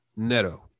Neto